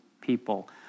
people